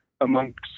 amongst